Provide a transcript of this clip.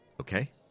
Okay